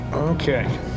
Okay